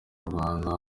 rwanda